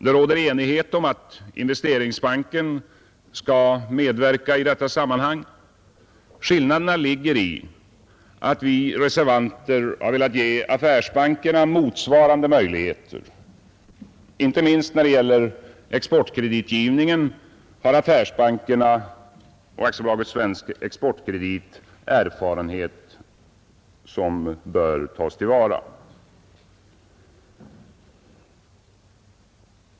Det råder enighet om att Investeringsbanken skall kunna medverka i detta sammanhang. Skillnaderna ligger i att vi reservanter velat ge affärsbankerna motsvarande möjligheter. Inte minst när det gäller exportkreditgivningen har affärsbankerna och AB Svensk exportkredit erfarenhet som bör tas till vara.